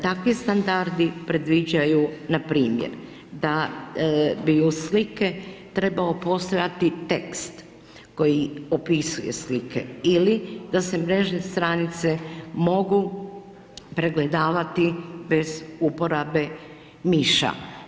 Takvi standardi predviđaju npr. da bio uz slike trebao postojati tekst koji opisuje slike ili da se mrežne stranice mogu pregledavati bez uporabe miša.